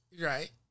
Right